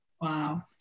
Wow